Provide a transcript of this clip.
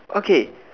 okay